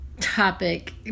topic